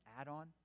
add-on